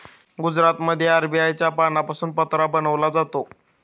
गुजरातमध्ये अरबीच्या पानांपासून पत्रा बनवला जातो